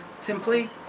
Simply